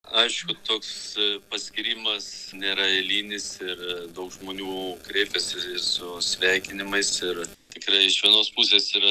aišku kad toks paskyrimas nėra eilinis ir daug žmonių kreipiasi su sveikinimais ir tikrai iš vienos pusės yra